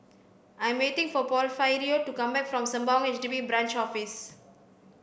I am waiting for Porfirio to come back from Sembawang H D B Branch Office